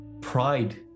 pride